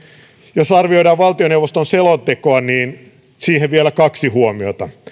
jos arvioidaan valtioneuvoston selontekoa niin vielä kaksi huomiota